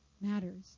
matters